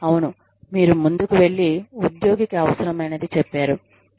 అవును మీరు ముందుకు వెళ్లి ఉద్యోగికి అవసరమైనది చెప్పారు